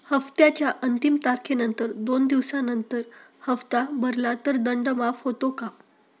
हप्त्याच्या अंतिम तारखेनंतर दोन दिवसानंतर हप्ता भरला तर दंड माफ होतो का?